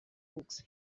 books